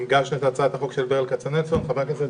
הגשנו את הצעת החוק של ברל כצנלסון של חבר הכנסת